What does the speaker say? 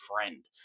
friend